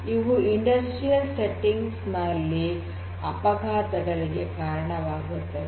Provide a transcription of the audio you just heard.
ಇವು ಕೈಗಾರಿಕಾ ಸೆಟ್ಟಿಂಗ್ಸ್ ನಲ್ಲಿ ಅಪಘಾತಗಳಿಗೆ ಕಾರಣವಾಗುತ್ತವೆ